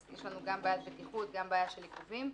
אז יש לנו גם בעיית בטיחות, גם בעיה של עיכובים.